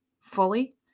fully